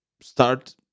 start